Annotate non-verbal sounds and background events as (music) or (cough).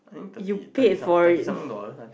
you paid for it (breath)